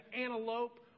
antelope